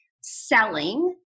selling